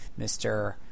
Mr